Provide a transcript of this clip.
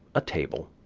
a table,